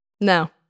No